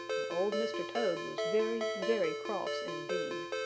and old mr. toad was very, very cross indeed.